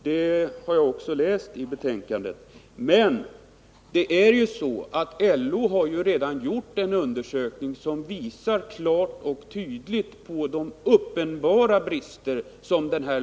Det har jag också läst om i betänkandet. LO har emellertid redan gjort en undersökning som klart och tydligt visar lagens uppenbara brister.